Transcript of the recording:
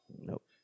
Nope